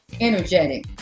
energetic